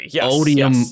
odium